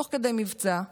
תוך כדי מבצע,